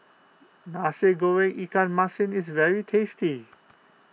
Nasi Goreng Ikan Masin is very tasty